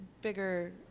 bigger